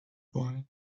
boy